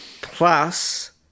Plus